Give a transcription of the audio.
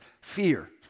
fear